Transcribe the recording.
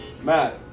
Matt